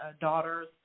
daughters